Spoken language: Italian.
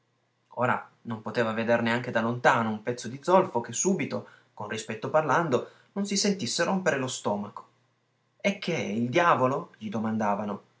ora non poteva veder neanche da lontano un pezzo di zolfo che subito con rispetto parlando non si sentisse rompere lo stomaco e che è il diavolo gli domandavano